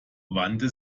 wandte